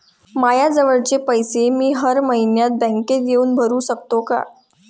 मायाजवळचे पैसे मी हर मइन्यात बँकेत येऊन भरू सकतो का?